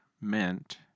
meant